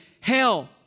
hell